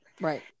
Right